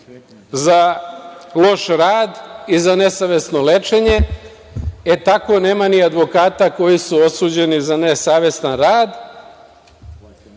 za loš rad i za nesavesno lečenje, e tako nema ni advokata koji su osuđeni za nesavestan